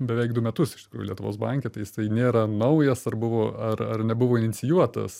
beveik du metus iš tikrųjų lietuvos banke tai jisai nėra naujas ar buvo ar ar nebuvo inicijuotas